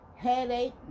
Headache